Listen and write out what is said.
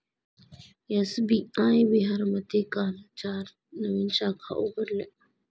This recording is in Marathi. एस.बी.आय बिहारमध्ये काल चार नवीन शाखा उघडल्या